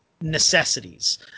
necessities